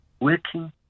working